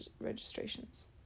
registrations